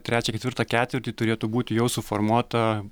trečią ketvirtą ketvirtį turėtų būti jau suformuota